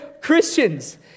Christians